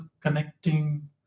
connecting